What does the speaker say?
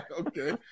okay